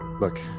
look